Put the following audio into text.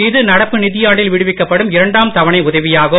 இது நடப்பு நிதியாண்டில் விடுவிக்கப்படும் இரண்டாம் தவனை உதவியாகும்